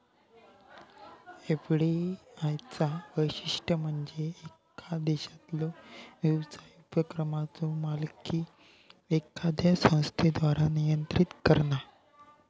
FDI चा वैशिष्ट्य म्हणजे येका देशातलो व्यवसाय उपक्रमाचो मालकी एखाद्या संस्थेद्वारा नियंत्रित करणा